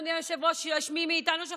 יש מי מאיתנו שחושבים שכן,